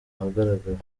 ahagaragara